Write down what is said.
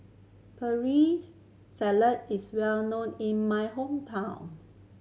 salad is well known in my hometown